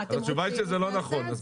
התשובה היא שזה לא נכן.